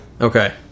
Okay